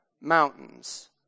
mountains